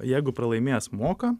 jeigu pralaimėjęs moka